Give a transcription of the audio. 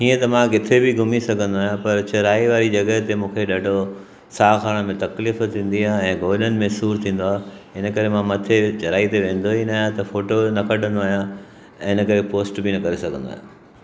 हीअं त मां किते बि घुमी सघंदो आहियां पर चढ़ाई वारी जॻहि ते मूंखे ॾाढो साहु खणण में तकलीफ़ थींदी आहे ऐं ॻोडनि में सूरु थीदो आहे हिन करे मां मथे ते चढ़ाई ते वेंदो ई न आहियां त फोटो न कढंदो आहियां ऐं हिन करे पोस्ट बि न करे सघंदो आहियां